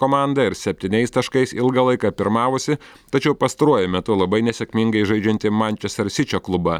komandą ir septyniais taškais ilgą laiką pirmavusį tačiau pastaruoju metu labai nesėkmingai žaidžiantį mančester sičio klubą